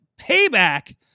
payback